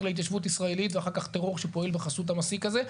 להתיישבות ישראלית ואחר כך טרור שפועל בחסות המסיק הזה.